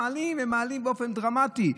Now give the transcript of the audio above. מעלים, ומעלים באופן דרמטי.